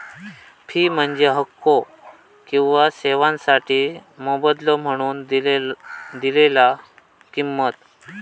fee म्हणजे हक्को किंवा सेवोंसाठी मोबदलो म्हणून दिलेला किंमत